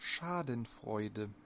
Schadenfreude